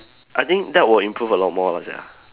I think that will improve a lot more lah sia